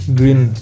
green